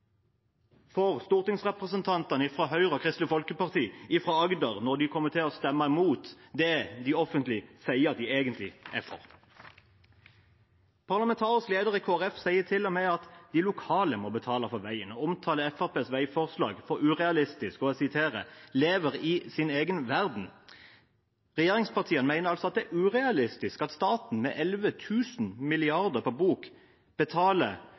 for stortingsrepresentantene fra Høyre og Kristelig Folkeparti fra Agder når de kommer til å stemme mot det de offentlig sier at de egentlig er for. Parlamentarisk leder i Kristelig Folkeparti sier til og med at de lokale må betale for veien og omtaler Fremskrittspartiets veiforslag som urealistisk; at de lever i sin egen verden. Regjeringspartiene mener altså at det er urealistisk at staten med 11 000 mrd. kr på bok betaler